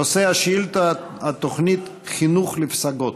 נושא השאילתה: התוכנית חינוך לפסגות.